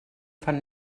fan